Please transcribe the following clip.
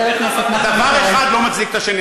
אבל זה לא, דבר אחד לא מצדיק את השני.